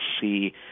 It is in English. see